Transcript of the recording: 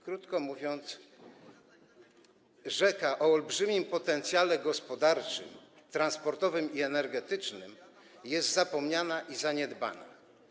Krótko mówiąc, rzeka o olbrzymim potencjale gospodarczym, transportowym i energetycznym jest zapomniana i zaniedbana.